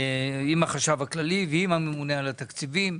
עם החשב הכללי ועם הממונה על התקציבים.